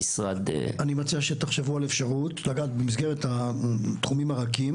אני מציע שתחשבו על אפשרות לגעת במסגרת התחומים הרכים